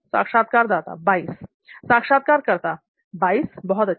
साक्षात्कारदाता 22 साक्षात्कारकर्ता 22 बहुत अच्छा